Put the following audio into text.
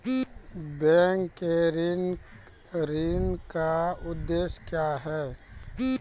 Bank के ऋण का उद्देश्य क्या हैं?